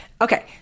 Okay